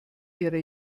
ihre